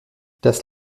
das